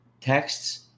texts